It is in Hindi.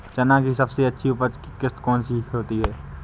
चना की सबसे अच्छी उपज किश्त कौन सी होती है?